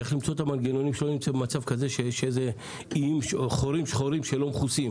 צריך למצוא מנגנונים שונים של מצב כזה שיש חורים שחורים שלא מכוסים.